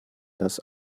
das